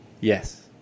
yes